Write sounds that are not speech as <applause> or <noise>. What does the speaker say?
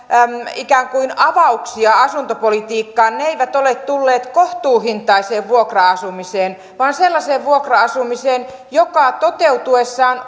ikään kuin avauksia asuntopolitiikkaan ne ne eivät ole tulleet kohtuuhintaiseen vuokra asumiseen vaan sellaiseen vuokra asumiseen joka toteutuessaan <unintelligible>